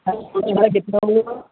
ہاں تو کتنا ہوا